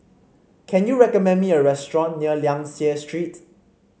can you recommend me a restaurant near Liang Seah Street